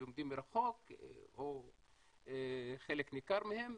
לומדים מרחוק או חלק ניכר מהם,